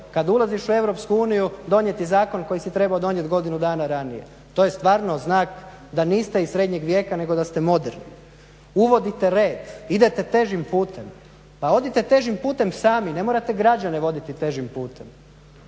uniju donijeti zakon koji si trebao donijet godinu dana ranije. To je stvarno znak da niste iz srednjeg vijeka nego da ste moderni. Uvodite red, idete težim putem, pa odite težim putem sami, ne morate građane voditi težim putem.